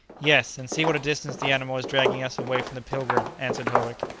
yes and see what a distance the animal is dragging us away from the pilgrim, answered howick.